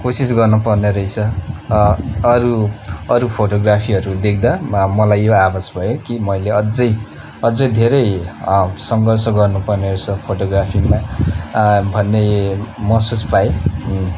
कोसिस गर्नुपर्ने रहेछ अरू अरू फोटोग्राफीहरू देख्दा मलाई यो आभास भयो कि मैले अझै अझै धेरै सङ्घर्ष गर्नुपर्ने रहेछ फोटोग्राफीमा भन्ने महसुस पाएँ